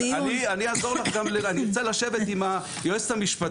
אנחנו גם נמשיך את הדיון --- אני ארצה לשבת גם עם היועצת המשפטית,